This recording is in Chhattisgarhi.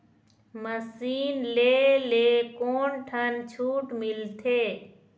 मशीन ले ले कोन ठन छूट मिलथे?